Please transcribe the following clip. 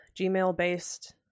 Gmail-based